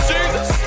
Jesus